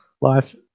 life